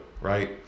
Right